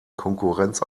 konkurrenz